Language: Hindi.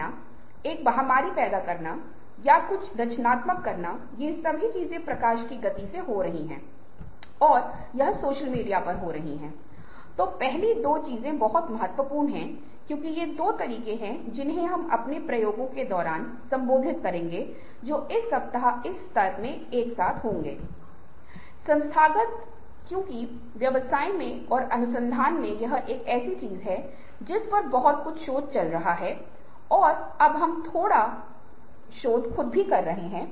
शारीरिक भागीदारी आपके स्वास्थ्य और शरीर के बारे में संबंदित है निश्चित रूप से यह सबसे महत्वपूर्ण है क्योंकि एक स्वस्थ शरीर में स्वस्थ दिमाग हो सकता है और जब तक कि खेल में भाग लेने के माध्यम से योग अभ्यास के माध्यम से अपने आप को बुरी आदतों से मुक्त करने का प्रयास कर रहे है